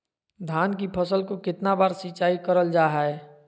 धान की फ़सल को कितना बार सिंचाई करल जा हाय?